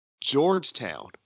Georgetown